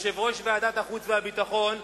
יושב-ראש ועדת החוץ והביטחון,